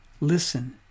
Listen